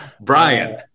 Brian